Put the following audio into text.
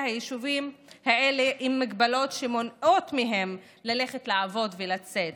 היישובים האלה עם ההגבלות שמונעות מהם ללכת לעבוד ולצאת.